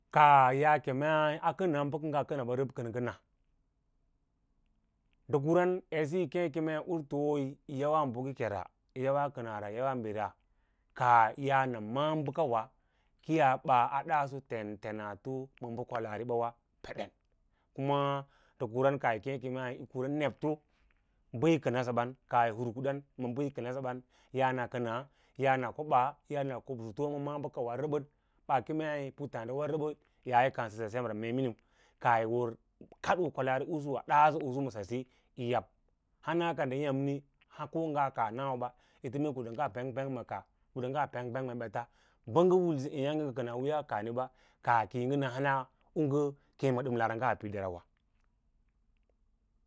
Kaah yaa kemeu a kana aba u-kana kana ba rabad kana nda kuvan edsiyi yikemei usui yi yawa bakara yawas kamara ywas bira kaah yaa na ma’abaka wa u yah bsa daaso tentenato ma ba kwalaaribawa kun a nda kuran kaah yi kei yi keme yi kura nebto ba yi kanasa ban yaa na kanas yaa nak obas yaa kubsu to ma ma’a bakawan rabad baa kemei puttawa rabad yaa yi kansasaya semra me mnie kaah yi war sabe yah. Hanaka nda yamma haw nga kaa nawaba etemee kuda penpeg ma kaah kuda pengpeg ma bets ban ga wil sa sa eyaage nga kana wiiya kaahini ba, kaah kiyi na mau ng akee ma dalmaraa piddawa